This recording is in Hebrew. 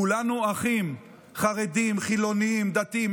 כולנו אחים, חרדים, חילונים, דתיים.